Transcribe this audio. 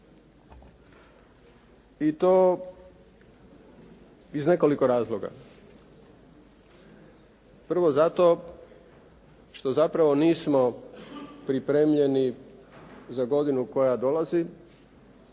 i to iz nekoliko razloga. Prvo, zato što zapravo nismo pripremljeni za godinu koja dolazi